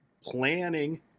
planning